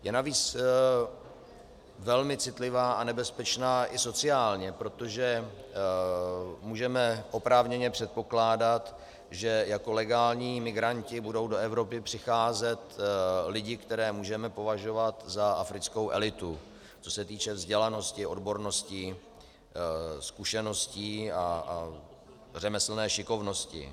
Je navíc velmi citlivá a nebezpečná i sociálně, protože můžeme oprávněně předpokládat, že jako legální migranti budou do Evropy přicházet lidé, které můžeme považovat za africkou elitu, co se týče vzdělanosti, odbornosti, zkušeností a řemeslné šikovnosti.